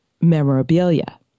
memorabilia